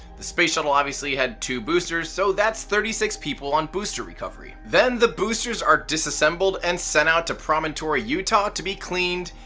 the space shuttle obviously had two boosters, so that's thirty six people on booster recovery. then the boosters are disassembled and sent out to promontory, utah to be cleaned,